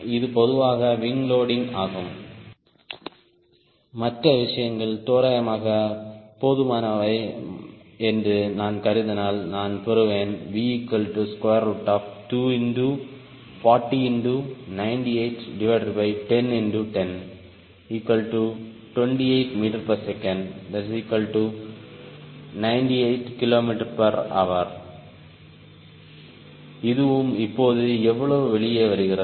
இது பொதுவாக wing loading ஆகும் மற்ற விஷயங்கள் தோராயமாக போதுமானவை என்று நான் கருதினால் நான் பெறுவேன் V24098101028ms98kmh இதுவும் இப்போது எவ்வளவு வெளியே வருகிறது